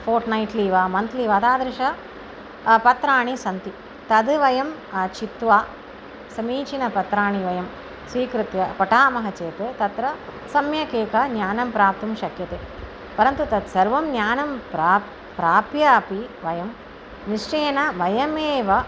fort नैट्लि वा monthly वा तादृशं पत्राणि सन्ति तद् वयं चित्वा समीचीनपत्राणि वयं स्वीकृत्य पठामः चेत् तत्र सम्यक् एका ज्ञानं प्राप्तुं शक्यते परन्तु तत् सर्वं ज्ञानं प्रा प्राप्य अपि वयं निश्चयेन वयमेव